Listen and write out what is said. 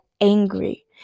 angry